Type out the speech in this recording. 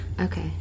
Okay